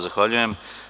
Zahvaljujem.